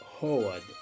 Howard